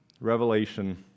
Revelation